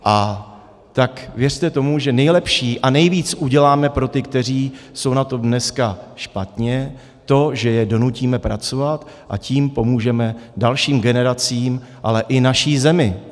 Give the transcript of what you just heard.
A tak věřte tomu, že nejlépe a nejvíc uděláme pro ty, kteří jsou na tom dneska špatně, to, že je donutíme pracovat, a tím pomůžeme dalším generacím, ale i naší zemi.